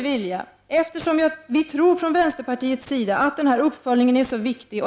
Vi tycker från vänsterpartiets sida att denna uppföljning är viktig.